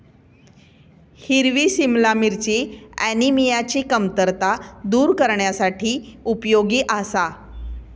हिरवी सिमला मिरची ऍनिमियाची कमतरता दूर करण्यासाठी उपयोगी आसा